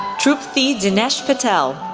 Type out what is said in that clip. trupti dinesh patel,